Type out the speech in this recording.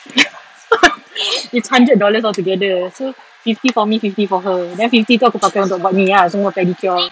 it's hundred dollars altogether so fifty for me fifty for her then fifty tu aku pakai untuk perming ah so buat pedicure